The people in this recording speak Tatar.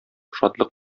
шатлык